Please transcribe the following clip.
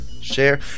Share